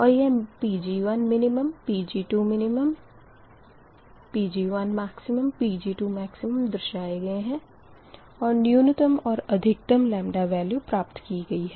और यह Pg1min Pg2min Pg1max Pg2max दर्शाए गए है और न्यूनतम और अधिकतम वेल्यू प्राप्त की गई है